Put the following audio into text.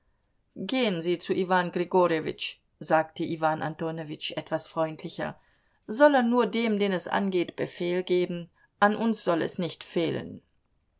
gehen sie zu iwan grigorjewitsch sagte iwan antonowitsch etwas freundlicher soll er nur dem den es angeht befehl geben an uns soll es nicht fehlen